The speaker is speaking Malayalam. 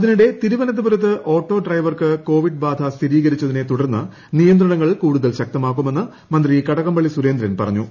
അതിനിടെ തിരുവനന്തപുരത്ത് ഓട്ടോഡ്രൈവർക്ക് കോവിഡ് ബാധ സ്ഥിരീകരിച്ചതിനെ തുടർന്ന് നിയന്ത്രണങ്ങൾ കൂടുതൽ ശക്തമാക്കുമെന്ന് മന്ത്രി കടകംപള്ളി സുര്യേന്ദ്രൻ പറഞ്ഞു